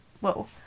whoa